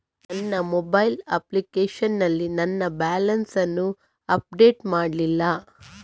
ನನ್ನ mobile application ನಲ್ಲಿ ನನ್ನ ಬ್ಯಾಲೆನ್ಸ್ ಅನ್ನು ಅಪ್ಡೇಟ್ ಮಾಡ್ಲಿಲ್ಲ